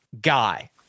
guy